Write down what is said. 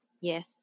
Yes